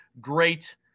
great